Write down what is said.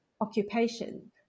occupation